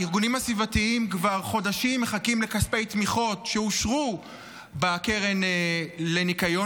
הארגונים הסביבתיים כבר חודשים מחכים לכספי תמיכות שאושרו בקרן לניקיון,